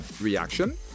reaction